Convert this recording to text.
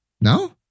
No